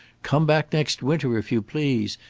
come back next winter if you please,